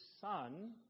son